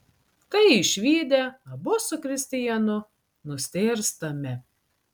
tai išvydę abu su kristianu nustėrstame